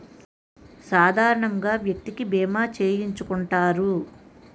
సాధారణంగా వ్యక్తికి బీమా చేయించుకుంటారు